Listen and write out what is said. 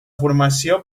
formació